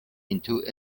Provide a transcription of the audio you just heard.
into